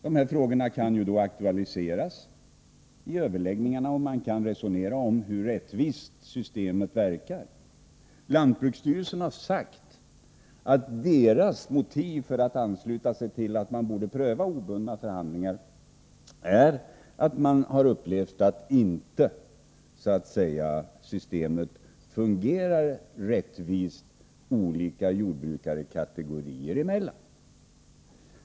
De här frågorna kan aktualiseras i överläggningarna, och man kan ju resonera om hur rättvist systemet verkar. Lantbruksstyrelsen har sagt att dess motiv för att ansluta sig till att man borde pröva obundna förhandlingar är att den upplevt att systemet inte fungerar rättvist olika jordbrukarkategorier emellan.